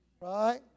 Right